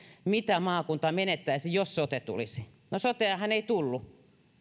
mitä maakunta menettäisi jos sote tulisi no soteahan ei tullut